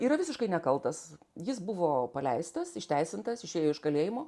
yra visiškai nekaltas jis buvo paleistas išteisintas išėjo iš kalėjimo